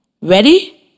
Ready